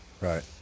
Right